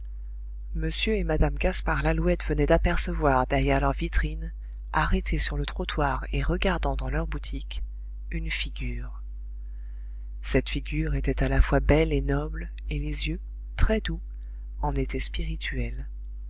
m et mme gaspard lalouette venaient d'apercevoir derrière leur vitrine arrêtée sur le trottoir et regardant dans leur boutique une figure cette figure était à la fois belle et noble et les yeux très doux en étaient spirituels